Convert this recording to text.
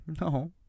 No